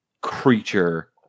creature